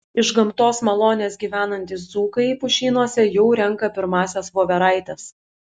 iš gamtos malonės gyvenantys dzūkai pušynuose jau renka pirmąsias voveraites